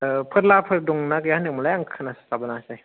फोरला फोर दं ना गैया होनदों मोनलाय आं खोना स्लाबाङासै